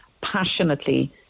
passionately